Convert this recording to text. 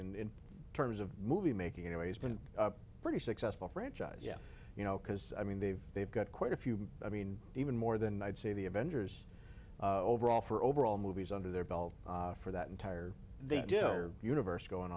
in terms of movie making in a way has been pretty successful franchise yeah you know because i mean they've they've got quite a few i mean even more than i'd say the avengers overall for overall movies under their belt for that entire they do universe going